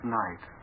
night